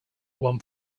one